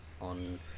on